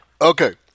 Okay